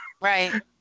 Right